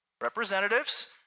representatives